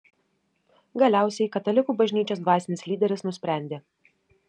galiausiai katalikų bažnyčios dvasinis lyderis nusprendė